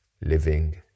living